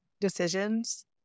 decisions